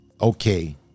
okay